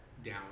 Down